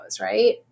right